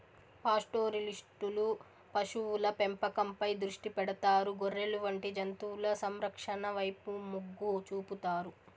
పాస్టోరలిస్టులు పశువుల పెంపకంపై దృష్టి పెడతారు, గొర్రెలు వంటి జంతువుల సంరక్షణ వైపు మొగ్గు చూపుతారు